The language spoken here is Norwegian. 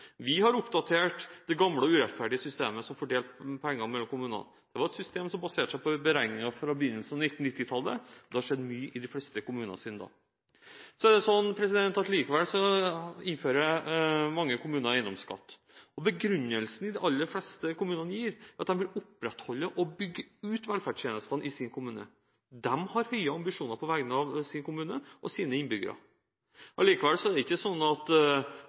Vi har oppdatert det gamle og urettferdige systemet som fordeler penger mellom kommunene. Det var et system som baserte seg på beregninger fra begynnelsen av 1990-tallet, og det har skjedd mye i de fleste kommuner siden da. Mange kommuner har likevel innført eiendomsskatt. Begrunnelsen de aller fleste kommuner gir, er at de vil opprettholde og bygge ut velferdstjenestene i sin kommune. De har høye ambisjoner på vegne av sin kommune og sine innbyggere. Likevel er det ikke slik at